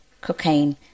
cocaine